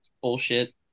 Bullshit